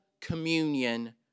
communion